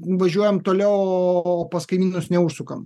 važiuojam toliau o pas kaimynus neužsukam